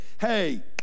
hey